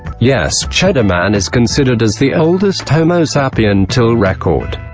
yes, cheddar man is considered as the oldest homo sapien and till record.